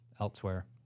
elsewhere